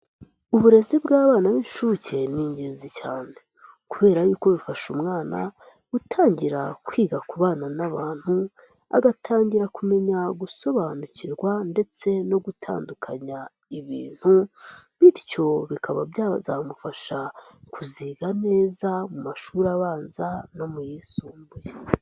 Uburezi bw'abana b'inshuke ni ingenzi cyane kubera yuko bifasha umwana gutangira kwiga kubanaana n'abantu, agatangira kumenya gusobanukirwa ndetse no gutandukanya ibintu bityo bikaba byazamufasha kuziga neza mu mashuri abanza no mu yisumbuye.